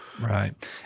Right